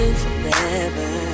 forever